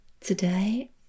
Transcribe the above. Today